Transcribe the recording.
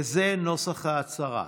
וזה נוסח ההצהרה: